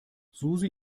susi